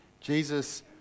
Jesus